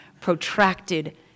protracted